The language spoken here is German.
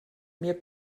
mir